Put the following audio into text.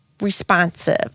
responsive